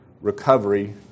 recovery